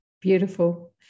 Beautiful